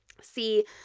see